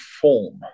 form